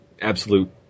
absolute